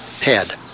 head